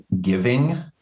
giving